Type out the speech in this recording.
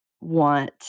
want